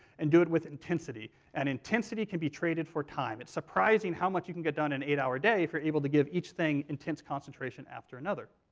and do it with intensity, and intensity can be traded for time. it's surprising how much you can get done in a eight-hour day if you're able to give each thing intense concentration after another.